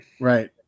Right